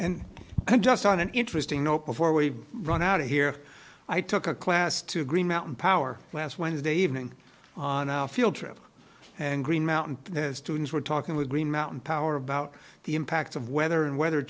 i'm just on an interesting note before we run out of here i took a class to green mountain power last wednesday evening on our field trip and green mountain students were talking with green mountain power about the impact of weather and weather